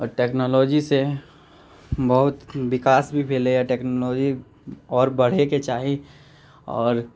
आओर टेक्नोलॉजी से बहुत विकास भी भेलैया टेक्नोलॉजी आओर बढ़ैके चाही आओर